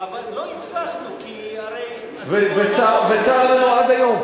אבל לא הצלחנו, כי הרי הציבור, וצר לנו עד היום.